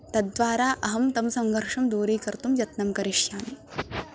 तद्वारा अहं तं संघर्षम् दूरिकर्तुं यत्नं करिष्यामि